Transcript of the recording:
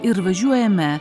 ir važiuojame